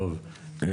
טוב,